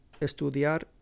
estudiar